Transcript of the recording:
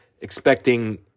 expecting